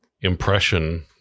impression